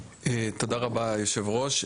תודה רבה אדוני יושב הראש.